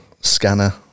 Scanner